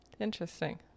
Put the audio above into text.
interesting